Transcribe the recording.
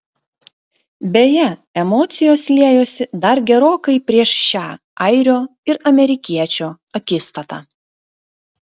beje emocijos liejosi dar gerokai prieš šią airio ir amerikiečio akistatą